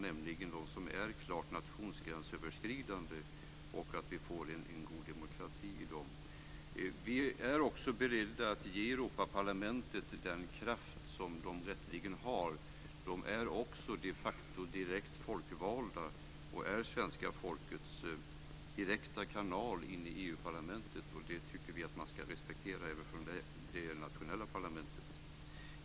Det gäller de frågor som är klart nationsgränsöverskridande. Det är viktigt att vi får en god demokrati i dem. Vi är också beredda att ge Europaparlamentet den kraft som den rätteligen har. EU-parlamentarikerna är också de facto direkt folkvalda och är svenska folkets kanal in i EU-parlamentet. Det tycker vi att man ska respektera även från det nationella parlamentet.